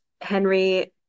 Henry